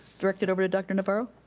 direct it over to dr. navarro.